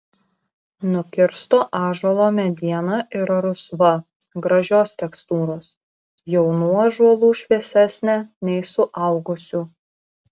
nukirsto ąžuolo mediena yra rusva gražios tekstūros jaunų ąžuolų šviesesnė nei suaugusių